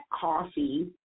coffee